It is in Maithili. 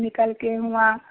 निकलिके वहाँ